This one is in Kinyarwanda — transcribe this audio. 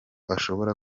ashobora